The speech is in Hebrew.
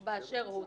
ואז,